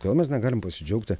kodėl mes negalim pasidžiaugti